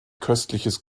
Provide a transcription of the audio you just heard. köstliches